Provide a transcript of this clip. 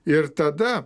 ir tada